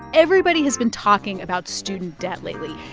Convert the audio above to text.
everybody has been talking about student debt lately.